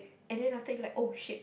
and then after you like oh shit